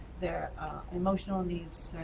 their emotional needs,